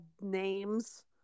names